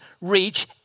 reach